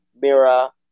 Mira